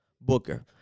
Booker